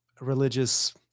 religious